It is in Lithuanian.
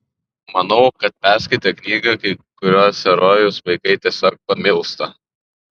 manau kad perskaitę knygą kai kuriuos herojus vaikai tiesiog pamilsta